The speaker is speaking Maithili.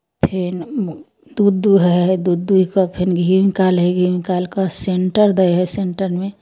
फेन दूध दूहै हइ दूध दुहि कऽ फेन घी निकालै हइ घी निकालि कऽ सेंटर दैत हइ सेंटरमे